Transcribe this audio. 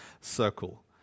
circle